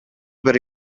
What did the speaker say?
per